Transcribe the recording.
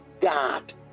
God